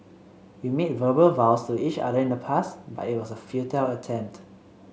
we made verbal vows to each other in the past but it was a futile attempt